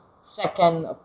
second